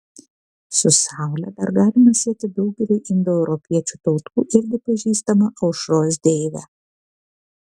su saule dar galima sieti daugeliui indoeuropiečių tautų irgi pažįstamą aušros deivę